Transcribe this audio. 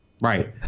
Right